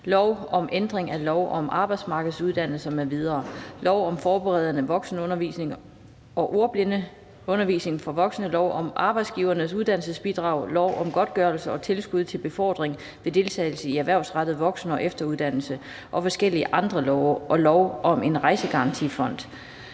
lov om ændring af lov om arbejdsmarkedsuddannelser m.v., lov om forberedende voksenundervisning og ordblindeundervisning for voksne, lov om Arbejdsgivernes Uddannelsesbidrag, lov om godtgørelse og tilskud til befordring ved deltagelse i erhvervsrettet voksen- og efteruddannelse og forskellige andre love, og lov om en rejsegarantifond.